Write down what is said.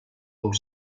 por